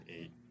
eight